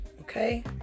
okay